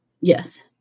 Yes